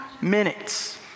minutes